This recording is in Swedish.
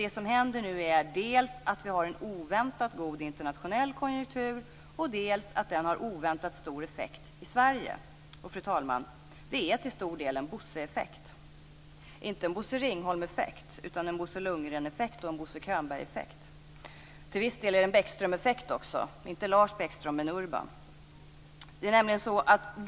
Det som händer nu är att vi dels har en oväntat god internationell kontur, dels att den har en oväntat stor effekt i Sverige. Och det är till stor del en Bosseeffekt, inte en Bosse Ringholm-effekt utan en Bosse Lundgren-effekt och en Bosse Könberg-effekt. Till viss del är det också en Bäckström-effekt, inte en Lars Bäckström-effekt utan en Urban Bäckströmeffekt.